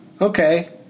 okay